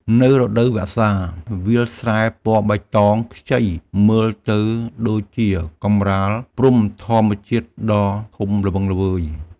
នៅរដូវវស្សា វាលស្រែពណ៌បៃតងខ្ចីមើលទៅដូចជាកម្រាលព្រំធម្មជាតិដ៏ធំល្វឹងល្វើយ។